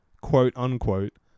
quote-unquote